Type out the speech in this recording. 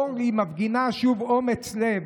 אורלי מפגינה שוב אומץ לב,